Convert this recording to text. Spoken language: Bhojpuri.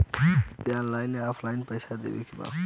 हमके ऑनलाइन या ऑफलाइन पैसा देवे के बा?